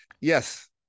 yes